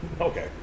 Okay